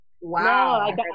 Wow